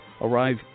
arrive